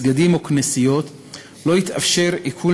מסגדים או כנסיות לא יתאפשר עיקול